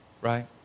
right